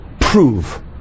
prove